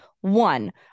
One